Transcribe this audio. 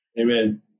Amen